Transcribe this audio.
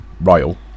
royal